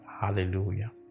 Hallelujah